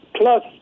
Plus